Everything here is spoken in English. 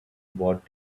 bought